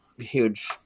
huge